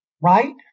Right